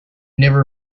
never